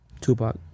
Tupac